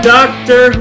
Doctor